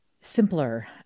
simpler